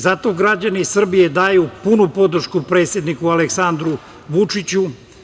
Zato građani Srbije daju punu podršku predsedniku Aleksandru Vučiću.